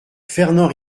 fernand